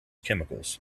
chemicals